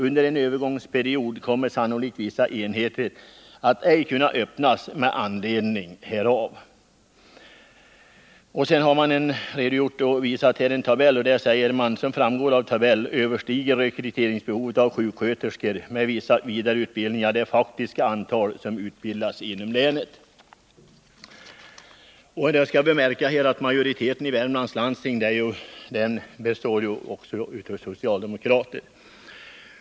Under en övergångsperiod kommer sannolikt vissa enheter att ej kunna öppnas med anledning härav.” I skrivelsen redovisas en tabell, och man anför vidare: Det är här att märka att majoriteten i Värmlands landsting består också av socialdemokrater.